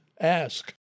ask